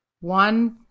One